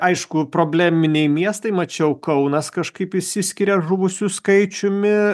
aišku probleminiai miestai mačiau kaunas kažkaip išsiskiria žuvusių skaičiumi